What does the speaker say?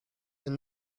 and